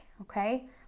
Okay